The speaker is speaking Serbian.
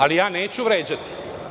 Ali, ja neću vređati.